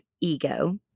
ego